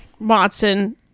Watson